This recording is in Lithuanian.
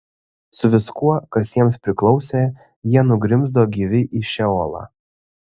su viskuo kas jiems priklausė jie nugrimzdo gyvi į šeolą